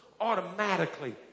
automatically